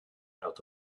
out